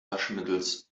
waschmittels